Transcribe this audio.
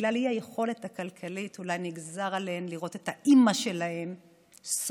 שבגלל האי-יכולת הכלכלית אולי נגזר עליהן לראות את האימא שלהן סובלת